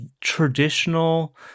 traditional